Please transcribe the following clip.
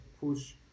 push